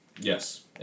Yes